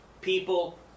people